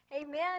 amen